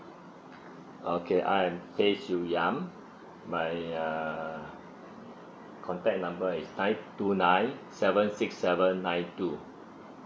okay I am peh siew yang my uh contact number is nine two nine seven six seven nine two